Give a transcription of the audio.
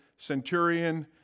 Centurion